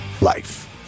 life